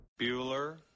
Bueller